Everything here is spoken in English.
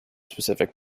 specific